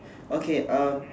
okay uh